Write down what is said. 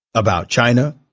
about china